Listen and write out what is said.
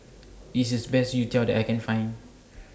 This IS The Best Youtiao that I Can Find